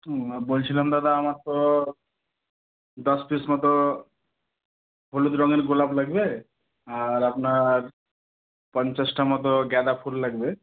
বলছিলাম দাদা আমার তো দশ পিস মতো হলুদ রঙের গোলাপ লাগবে আর আপনার পঞ্চাশটা মতো গাঁদা ফুল লাগবে